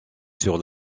sur